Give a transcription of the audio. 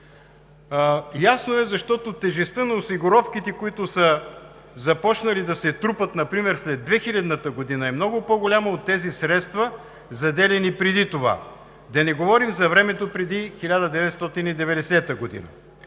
Ясно е – защото тежестта на осигуровките, които са започнали да се трупат, например след 2000 г., е много по-голяма от средствата, заделяни преди това. А да не говорим за времето преди 1990 г.